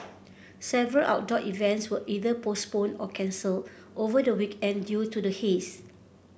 several outdoor events were either postponed or cancelled over the weekend due to the haze